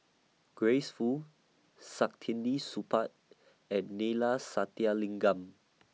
Grace Fu Saktiandi Supaat and Neila Sathyalingam